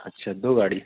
अच्छा दो गाड़ी